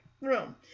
room